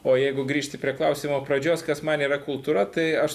o jeigu grįžti prie klausimo pradžios kas man yra kultūra tai aš